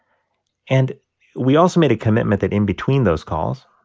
and we also made a commitment that in between those calls,